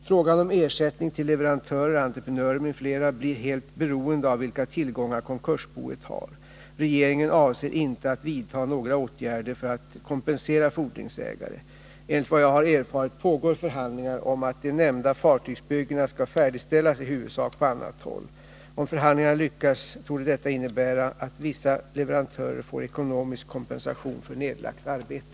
Frågan om ersättning till leverantörer, entreprenörer m.fl. blir helt beroende av vilka tillgångar konkursboet har. Regeringen avser inte att vidta några åtgärder för att kompensera fordringsägare. Enligt vad jag har erfarit pågår förhandlingar om att de nämnda fartygsbyggena skall färdigställas, i huvudsak på annat håll. Om förhandlingarna lyckas torde detta innebära att vissa leverantörer får ekonomisk kompensation för nedlagt arbete.